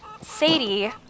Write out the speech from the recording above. Sadie